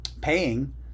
paying